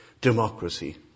democracy